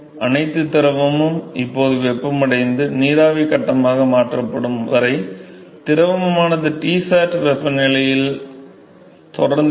அனைத்து திரவமும் இப்போது வெப்பமடைந்து நீராவி கட்டமாக மாற்றப்படும் வரை திரவமானது Tsat வெப்பநிலையில் தொடர்ந்து இருக்கும்